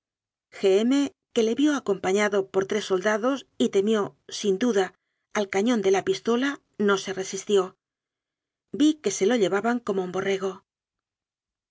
que le vió acompañado por tres soldados y temió sin duda al cañón de la pistola no se resistió vi que se i o llevaban como un borrego